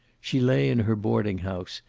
she lay in her boarding-house,